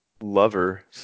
lover